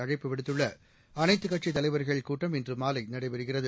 அழைப்பு விடுத்துள்ள அனைத்துக்கட்சித் தலைவர்கள் கூட்டம் இன்று மாலை நடைபெறுகிறது